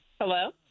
Hello